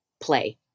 play